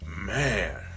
Man